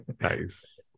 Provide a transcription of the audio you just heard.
Nice